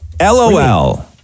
LOL